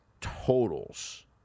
totals